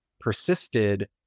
persisted